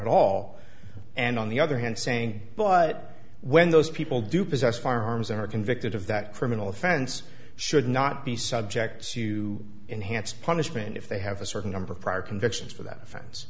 at all and on the other hand saying but when those people do possess firearms are convicted of that criminal offense should not be subject to enhanced punishment if they have a certain number of prior convictions for that offense